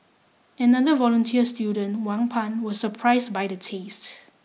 another volunteer student Wang Pan was surprised by the tastes